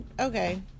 okay